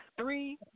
Three